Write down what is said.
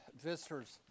visitors